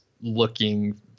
looking